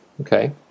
okay